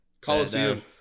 Coliseum